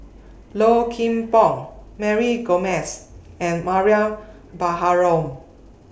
Low Kim Pong Mary Gomes and Mariam Baharom